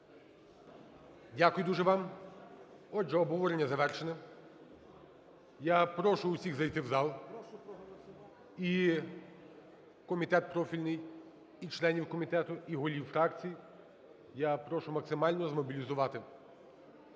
Дякую дуже вам. Отже, обговорення завершене. Я прошу усіх зайти в зал. І комітет профільний, і членів комітету, і голів фракцій я прошу максимально змобілізувати